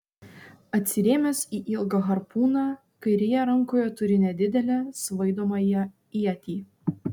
atsirėmęs į ilgą harpūną kairėje rankoje turi nedidelę svaidomąją ietį